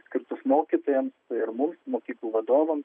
skirtus mokytojams ir mums mokyklų vadovams